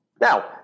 Now